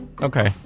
Okay